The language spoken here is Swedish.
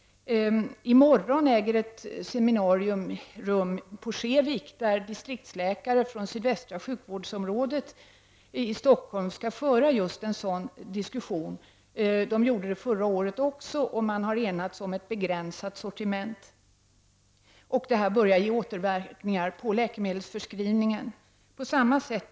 I morgon kommer ett seminarium att äga rum på Skevik där distriktsläkare från det sydvästra sjukvårdsområdet i Stockholm skall föra just en sådan diskussion. Det gjorde man också förra året, och man har enats om ett begränsat sortiment. Detta börjar ge återverkningar på läkemedelsförskrivningen.